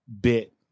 bit